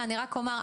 שנייה אני רק אומר,